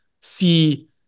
see